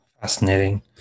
Fascinating